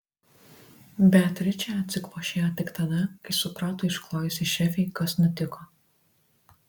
beatričė atsikvošėjo tik tada kai suprato išklojusi šefei kas nutiko